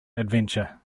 adventure